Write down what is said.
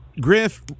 Griff